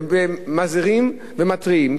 ומזהירים ומתריעים,